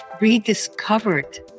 rediscovered